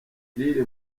lille